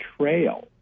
trail